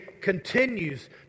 continues